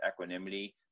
equanimity